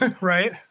Right